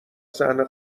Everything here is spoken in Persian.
صحنه